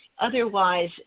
Otherwise